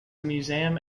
museum